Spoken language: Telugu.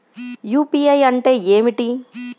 యూ.పీ.ఐ అంటే ఏమిటీ?